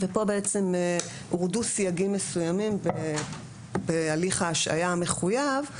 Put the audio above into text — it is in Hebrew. בעצם הורדו פה סייגים מסוימים בהליך ההשעיה המחויב,